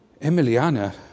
Emiliana